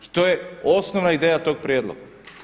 I to je osnovna ideja tog prijedloga.